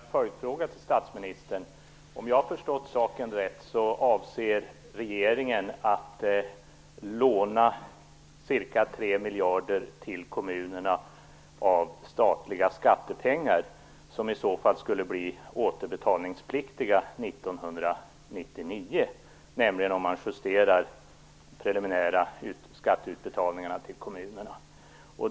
Fru talman! Jag vill ställa en följdfråga till statsministern. Om jag har förstått saken rätt, avser regeringen att låna ca 3 miljarder till kommunerna av statliga skattepengar, som i så fall skulle bli återbetalningspliktiga 1999, nämligen om man justerar de preliminära skatteutbetalningarna till kommunerna.